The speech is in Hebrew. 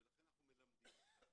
ולכן אנחנו מלמדים אותם